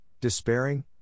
despairing